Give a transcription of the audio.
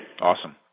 Awesome